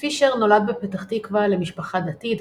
פישר נולד בפתח תקווה למשפחה דתית,